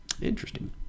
Interesting